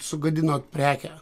sugadinot prekę